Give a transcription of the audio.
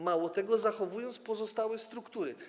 Mało tego, zachowuje się pozostałe struktury.